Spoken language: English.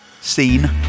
Scene